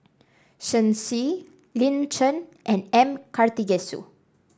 Shen Xi Lin Chen and M Karthigesu